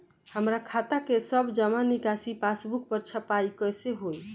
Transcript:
हमार खाता के सब जमा निकासी पासबुक पर छपाई कैसे होई?